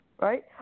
Right